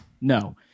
no